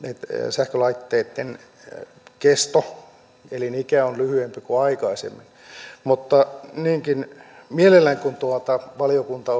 sähkölaitteiden kesto elinikä on lyhyempi kuin aikaisemmin mutta niinkin mielellään kuin valiokunta